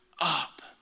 up